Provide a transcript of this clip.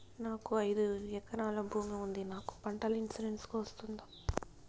నాకు ఐదు ఎకరాల భూమి ఉంది నాకు పంటల ఇన్సూరెన్సుకు వస్తుందా?